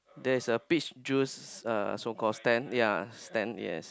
there is a peach juice uh so called stand yea stand yes